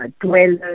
dwellers